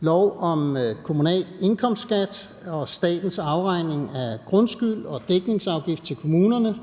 lov om kommunal indkomstskat og statens afregning af grundskyld og dækningsafgift til kommunerne,